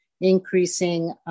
increasing